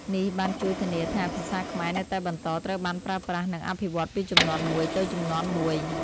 នេះបានជួយធានាថា ភាសាខ្មែរនៅតែបន្តត្រូវបានប្រើប្រាស់ និងអភិវឌ្ឍពីជំនាន់មួយទៅជំនាន់មួយ។